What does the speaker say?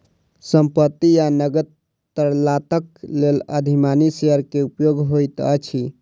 संपत्ति आ नकद तरलताक लेल अधिमानी शेयर के उपयोग होइत अछि